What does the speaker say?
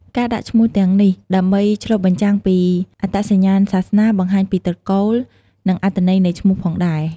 ការដាក់ឈ្មោះទាំងនេះដើម្បីឆ្លុះបញ្ចាំងពីអត្តសញ្ញាណសាសនា បង្ហាញពីត្រកូល និងអត្ថន័យនៃឈ្មោះផងដែរ។